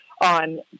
on